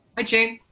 ah jane.